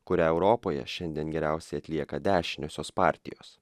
kurią europoje šiandien geriausiai atlieka dešiniosios partijos